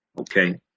okay